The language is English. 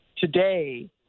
today